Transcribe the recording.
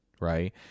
right